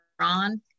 on